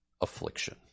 affliction